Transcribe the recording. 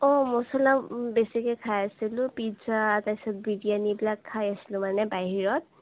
অ' মচলা বেছিকৈ খাই আছিলোঁ পিজ্জা তাৰপিছত বিৰিয়ানি এইবিলাক খাই আছিলোঁ মানে বাহিৰত